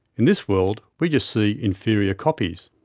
in this world, we just see inferior copies.